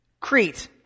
Crete